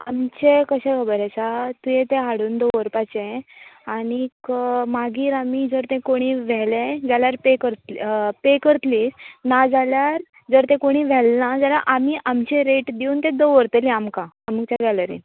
आमचे कशें खबर आसा तुवें तें हाडून दवरपाचें आनीक मागीर आमी जर ते कोणेय व्हेलें जाल्यार पे करत पे करतलीं नाजाल्यार जर तें कोणी व्हेलना जाल्यार आनी आमचे रेट दिवन तें दवरतलीं आमकां आमचे गॅलरीन